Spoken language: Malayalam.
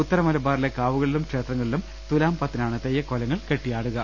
ഉത്തര മലബാറിലെ കാവു കളിലും ക്ഷേത്രങ്ങളിലും തുലാം പത്തിനാണ് തെയ്യക്കോലങ്ങൾ കെട്ടിയാ ടുക